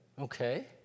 Okay